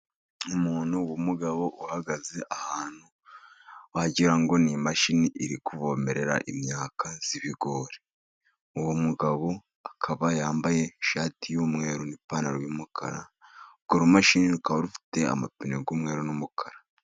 Umuntu w'umugabo uhagaze ahantu, wagira ngo ni imashini iri kuvomerera imyaka y'ibigori. Uwo mugabo akaba yambaye ishati y'umweru n'ipantaro y'umukara. Urwo rumashini rukaba rufite amapine y'umweru n'umukara.